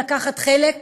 לקחת חלק,